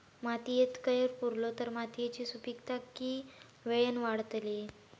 मातयेत कैर पुरलो तर मातयेची सुपीकता की वेळेन वाडतली?